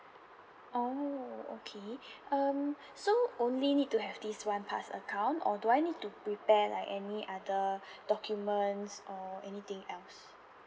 orh okay um so only need to have this one pass account or do I need to prepare like any other documents or anything else